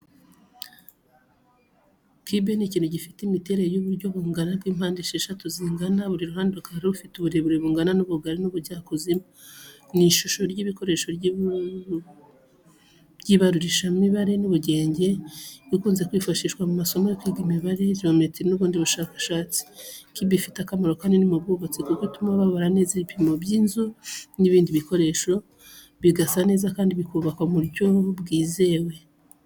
Cube ni ikintu gifite imiterere y’uburyo bungana bw’impande esheshatu zingana, buri ruhande rukaba rufite uburebure bungana n’ubugari n’ubujyakuzimu. Ni ishusho y’ibikoresho by’ibarurishamibare n’ubugenge, ikunze kwifashishwa mu masomo yo kwiga imibare, geometry n’ubundi bushakashatsi. Cube ifite akamaro kanini mu bwubatsi kuko ituma babara neza ibipimo by’inzu n’ibindi bikoresho. Bigasa neza kandi bikubakwa mu buryo bwizewe.